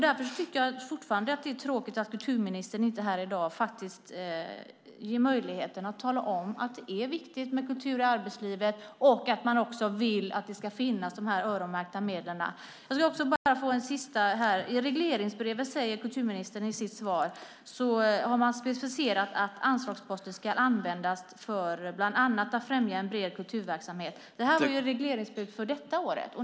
Därför tycker jag fortfarande att det är tråkigt att kulturministern inte här i dag tar möjligheten att tala om att det är viktigt med Kultur i arbetslivet och att man också vill att det ska finnas öronmärkta medel för det. Kulturministern säger i sitt svar att i regleringsbrevet har man specificerat att anslagsposten ska användas för att bland annat främja en bred kulturverksamhet. Det står i regleringsbrevet för detta år.